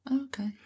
Okay